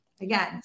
Again